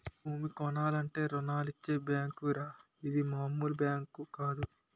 భూమి కొనాలంటే రుణాలిచ్చే బేంకురా ఇది మాములు బేంకు కాదు